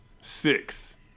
six